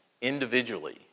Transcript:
individually